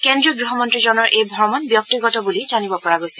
কেন্দ্ৰীয় গৃহমন্ত্ৰীজনৰ এই ভ্ৰমণ ব্যক্তিগত বুলি জানিব পৰা গৈছে